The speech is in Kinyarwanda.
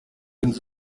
inzu